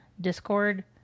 Discord